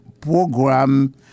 program